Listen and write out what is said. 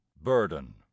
burden